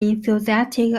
enthusiastic